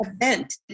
event